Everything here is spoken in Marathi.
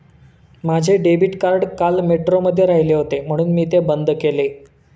माझे डेबिट कार्ड काल मेट्रोमध्ये राहिले होते म्हणून मी ते बंद केले